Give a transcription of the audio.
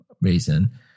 reason